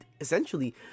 essentially